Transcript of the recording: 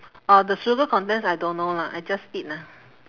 orh the sugar contents I don't know lah I just eat lah